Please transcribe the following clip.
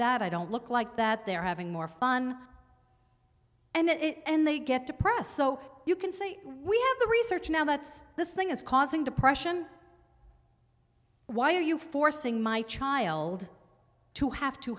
that i don't look like that they're having more fun and they get depressed so you can say we have the research now that's this thing is causing depression why are you forcing my child to have to